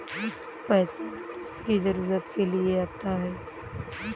पैसा मनुष्य की जरूरत के लिए आता है